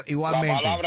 Igualmente